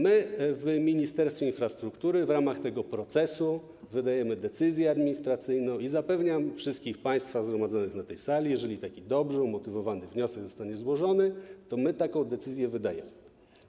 My w Ministerstwie Infrastruktury w ramach tego procesu wydajemy decyzję administracyjną i zapewniam wszystkich państwa zgromadzonych na tej sali, że jeżeli taki dobrze umotywowany wniosek zostanie złożony, to my taką decyzję wydajemy.